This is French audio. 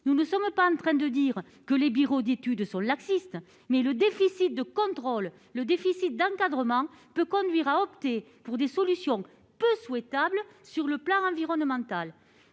Nous ne sommes pas en train de dire que les bureaux d'études sont laxistes. Mais le déficit de contrôle et d'encadrement peut conduire à opter pour des solutions peu souhaitables sur le plan environnemental.